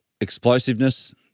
explosiveness